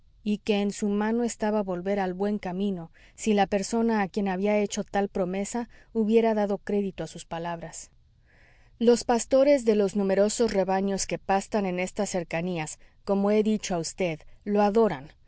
y que en su mano estaba volver al buen camino si la persona a quien había hecho tal promesa hubiera dado crédito a sus palabras los pastores de los numerosos rebaños que pastan en estas cercanías como he dicho a vd lo adoran